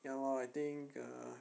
ya lor I think uh